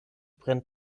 brennt